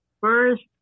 first